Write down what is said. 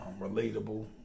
relatable